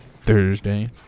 Thursday